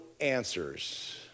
answers